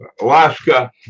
Alaska